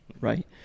right